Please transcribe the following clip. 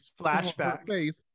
flashback